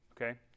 okay